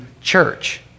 church